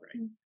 right